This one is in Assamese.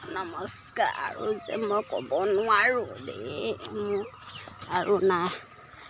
নমস্কাৰ আৰু যে মই ক'ব নোৱাৰোঁ দেই মোক আৰু নাই